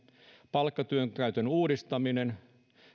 palkkatyön käytön uudistaminen